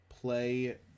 play